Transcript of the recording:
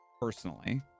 personally